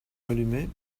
allumé